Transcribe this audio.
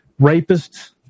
rapists